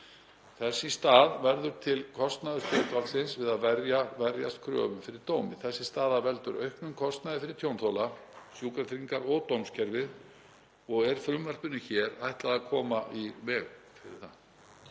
Þess í stað verður til kostnaður stjórnvaldsins við að verjast kröfum fyrir dómi. Þessi staða veldur auknum kostnaði fyrir tjónþola, Sjúkratryggingar og dómskerfið og er frumvarpinu ætlað að koma í veg fyrir það.